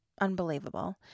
unbelievable